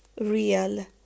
real